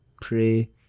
pray